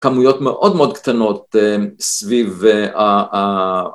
כמויות מאוד מאוד קטנות סביב